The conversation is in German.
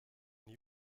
nie